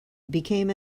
became